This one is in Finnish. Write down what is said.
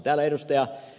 täällä ed